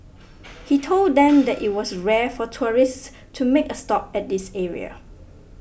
he told them that it was rare for tourists to make a stop at this area